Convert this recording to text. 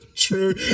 true